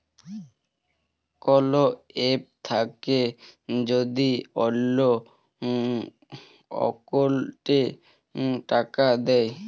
call app থাক্যে যদি অল্লো অকৌলটে টাকা দেয়